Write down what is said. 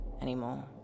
anymore